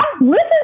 listen